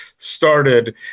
started